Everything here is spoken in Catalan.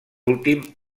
últim